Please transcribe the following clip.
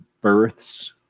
births